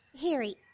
Harry